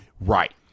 Right